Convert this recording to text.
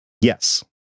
Yes